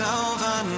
over